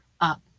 up